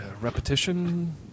Repetition